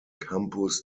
campus